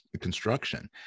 construction